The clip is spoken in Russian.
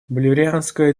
боливарианская